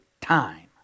time